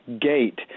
gate